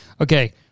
Okay